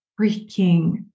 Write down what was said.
freaking